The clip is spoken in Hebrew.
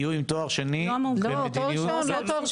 יהיו עם תואר שני --- לא תואר שני.